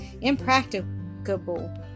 impracticable